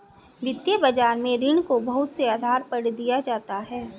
वित्तीय बाजार में ऋण को बहुत से आधार पर दिया जाता है